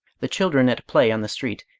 the children at play on the street,